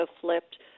flipped